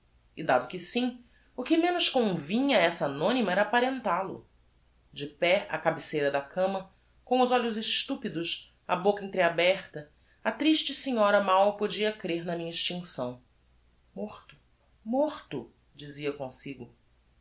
e dado que sim o que menos convinha a essa anonyma era apparental o de pé á cabeceira da cama com os olhos estúpidos a boca entreaberta a triste senhora mal podia crêr na minha extincção morto morto dizia comsigo